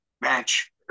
Bench